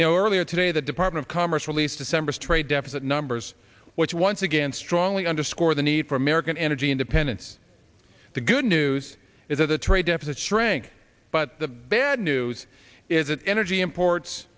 you know earlier today the department of commerce released december's trade deficit numbers which once again strongly underscore the need for american energy independence the good news is that the trade deficit shrank but the bad news is that energy imports